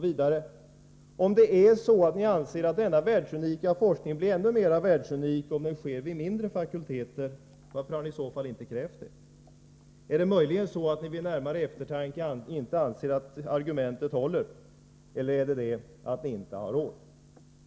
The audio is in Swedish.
Vidare: Om ni anser att denna världsunika forskning blir ännu mer världsunik om den sker vid mindre fakulteter, varför har ni i så fall inte krävt en sådan minskning? Är det möjligen så att ni vid närmare eftertanke anser att argumentet inte håller, eller handlar det om att ni inte har råd?